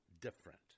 different